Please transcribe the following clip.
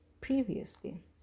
previously